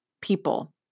people